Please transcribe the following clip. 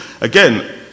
Again